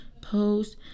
Post